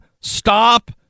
stop